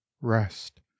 rest